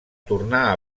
tornar